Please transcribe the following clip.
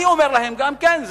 אני אומר להם גם כן,